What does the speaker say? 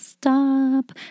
stop